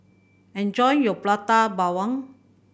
enjoy your Prata Bawang